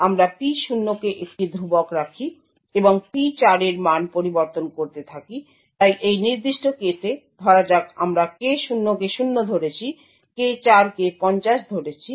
আমরা P0 কে একটি ধ্রুবক রাখি এবং P4 এর মান পরিবর্তন করতে থাকি তাই এই নির্দিষ্ট কেসে ধরা যাক আমরা K0 কে 0 ধরেছি K4 কে 50 ধরেছি